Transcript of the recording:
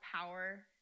power